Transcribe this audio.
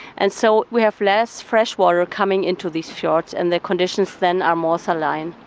and so we have less fresh water coming into these fjords, and the conditions than are more saline,